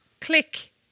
click